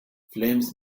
flames